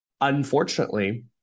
unfortunately